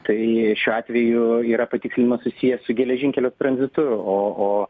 tai šiuo atveju yra patikslinimas susijęs su geležinkelio tranzitu o o